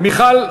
מיכל רוזין.